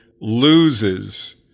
loses